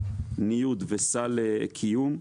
ניוד וסל קיום,